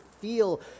feel